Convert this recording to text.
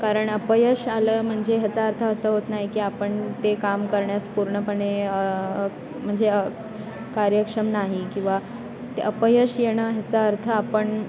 कारण अपयश आलं म्हणजे ह्याचा अर्थ असं होत नाही की आपण ते काम करण्यास पूर्णपणे म्हणजे कार्यक्षम नाही किंवा ते अपयश येणं ह्याचा अर्थ आपण